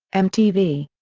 mtv.